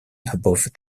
above